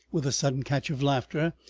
with a sudden catch of laughter,